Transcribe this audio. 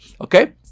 Okay